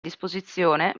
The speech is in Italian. disposizione